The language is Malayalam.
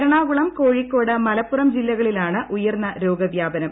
എറണാകുളം കോഴിക്കോട് മലപ്പുറം ജില്ലകളിലാണ് ഉയർന്ന രോഗവ്യാപനം